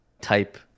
type